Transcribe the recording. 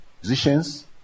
physicians